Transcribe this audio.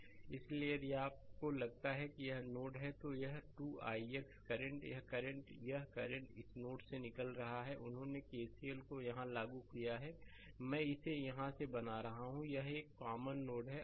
इसलिए यदि आपको लगता है कि यह नोड है तो यह 2 ix करंट यह करंट यह करंट इस नोड से निकल रहा है उन्होंने केसीएल को यहां लागू किया कि मैं इसे यहां बना रहा हूं यह एक कॉमन नोड है